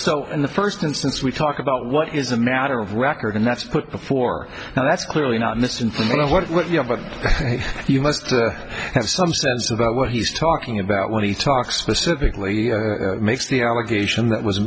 so in the first instance we talk about what is a matter of record and that's put before and that's clearly not mis informed of what you must have some sense about what he's talking about when he talks specifically makes the allegation that was